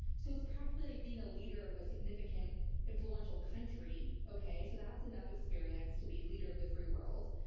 so it's practically being a leader of a significant influential country. okay? so that's enough experience to be leader of the free world.